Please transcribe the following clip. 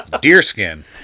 Deerskin